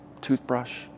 toothbrush